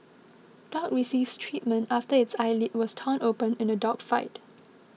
dog receives treatment after its eyelid was torn open in a dog fight